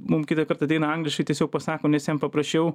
mum kitą kartą ateina angliškai tiesiog pasako nes jam paprasčiau